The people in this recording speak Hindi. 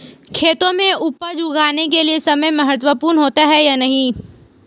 खेतों में उपज उगाने के लिये समय महत्वपूर्ण होता है या नहीं?